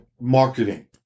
Marketing